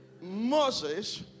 Moses